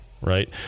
right